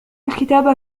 الكتاب